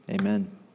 Amen